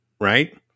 Right